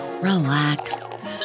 relax